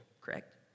correct